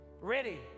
ready